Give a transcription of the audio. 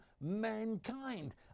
mankind